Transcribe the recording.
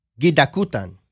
gidakutan